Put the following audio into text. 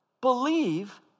Believe